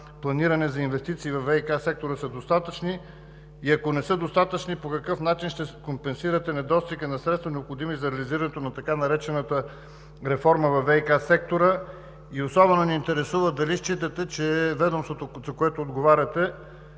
планирани за инвестиции във ВиК сектора, са достатъчни? Ако не са достатъчни, по какъв начин ще компенсирате недостига на средства, необходими за реализирането на така наречената реформа във ВиК сектора? Особено ни интересува дали считате, че ведомството, за което отговаряте,